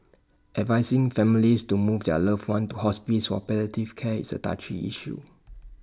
advising families to move their loved ones to hospices for palliative care is A touchy issue